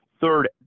Third